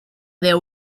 there